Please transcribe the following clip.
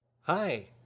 hi